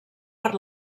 per